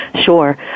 Sure